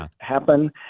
happen